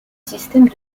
système